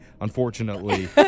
unfortunately